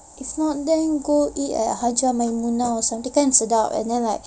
if not then go eat at hajjah maimunah or something sana kan sedap and then like